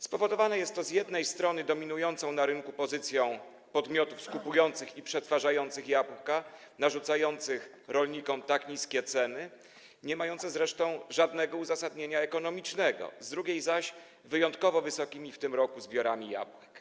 Spowodowane jest to z jednej strony dominującą na rynku pozycją podmiotów skupujących i przetwarzających jabłka, narzucających rolnikom tak niskie ceny, niemające zresztą żadnego uzasadnienia ekonomicznego, z drugiej zaś wyjątkowo wysokimi w tym roku zbiorami jabłek.